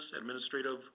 administrative